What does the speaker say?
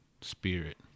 spirit